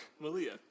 Malia